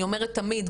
אני אומרת תמיד,